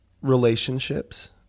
relationships